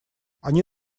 они